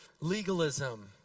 legalism